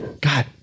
God